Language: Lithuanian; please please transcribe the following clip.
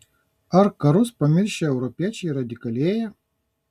ar karus pamiršę europiečiai radikalėja